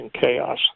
Chaos